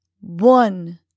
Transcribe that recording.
One